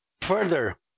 Further